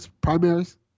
primaries